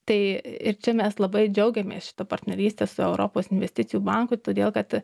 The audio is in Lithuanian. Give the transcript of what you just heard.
tai ir čia mes labai džiaugiamės šita partneryste su europos investicijų banku todėl kad